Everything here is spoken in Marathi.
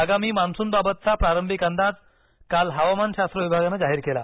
आगामी मान्सून बाबतचा प्रारंभिक अंदाज काल हवामान शास्त्र विभागानं जाहीर केला